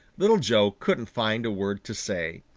little joe couldn't find a word to say.